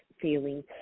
feeling